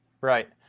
right